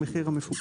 המחיר המפוקח.